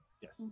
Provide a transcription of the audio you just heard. Yes